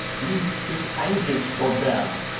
me spik angleesh, godam.